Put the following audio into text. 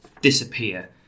disappear